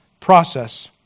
process